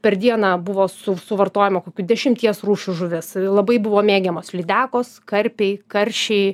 per dieną buvo suv suvartojama kokių dešimties rūšių žuvis labai buvo mėgiamos lydekos karpiai karšiai